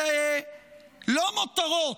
אלה לא מותרות.